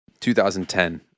2010